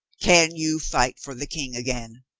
can you fight for the king again?